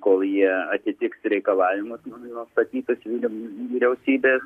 kol jie atitiks reikalavimus nustatytus vyriausybės